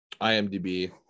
IMDb